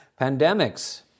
pandemics